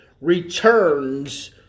returns